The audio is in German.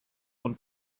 und